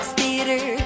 Theater